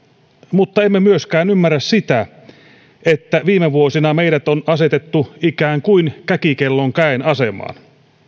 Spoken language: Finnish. mutta emme myöskään ymmärrä sitä että viime vuosina meidät on asetettu ikään kuin käkikellon käen asemaan